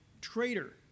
traitor